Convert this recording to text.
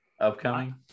upcoming